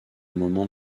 moment